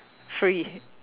free